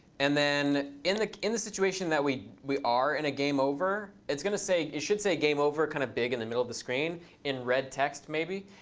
and then in the in the situation that we we are in a game over, it's going to say it should say game over kind of big in the middle of the screen in red text maybe.